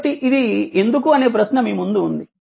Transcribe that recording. కాబట్టి ఇది ఎందుకు అనే ప్రశ్న మీ ముందు ఉంది